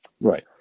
Right